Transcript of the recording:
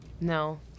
No